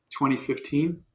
2015